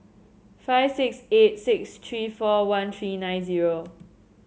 five six eight six three four one three nine zero